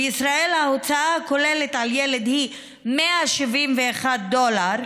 בישראל ההוצאה הכוללת על ילד היא 171 דולר,